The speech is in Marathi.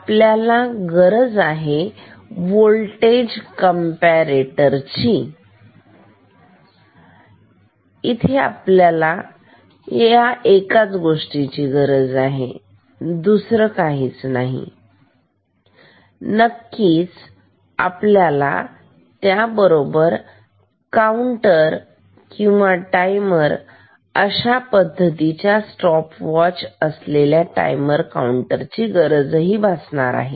आपल्याला गरज आहे वोल्टेज कंपरेटरची आपल्याला हे एकाच गोष्टीची गरज आहे दुसरं काही नाही नक्कीच आपल्याला त्याच बरोबर काउंटर टाइमर अशा पद्धतीच्या स्टॉप वॉच असलेल्या टाइमर काउंटर ची सुद्धा गरज आहे